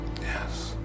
Yes